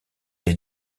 les